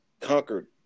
conquered